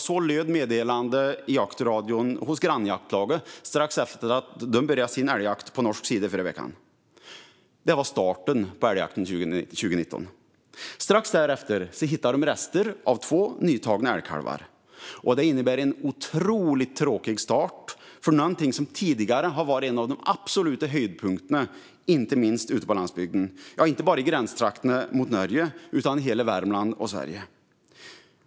Så löd meddelandet i jaktradion hos grannjaktlaget strax efter att de börjat sin älgjakt på norsk sida förra veckan. Det var starten på älgjakten 2019. Strax därefter hittade de rester av två nytagna älgkalvar. Det innebär en otroligt tråkig start på någonting som tidigare har varit en av de absoluta höjdpunkterna inte minst ute på landsbygden, inte bara i gränstrakterna mot Norge utan i hela Värmland och Sverige.